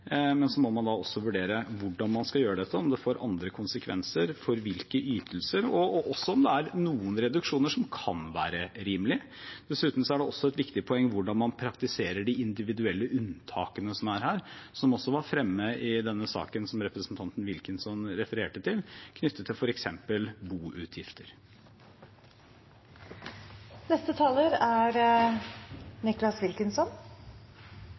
Men så må man da også vurdere hvordan man skal gjøre dette, og om det får andre konsekvenser, eventuelt for hvilke ytelser, og også om det er noen reduksjoner som kan være rimelige. Dessuten er det også et viktig poeng hvordan man praktiserer de individuelle unntakene som er her, som også var fremme i den saken som representanten Wilkinson refererte til, knyttet til